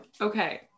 Okay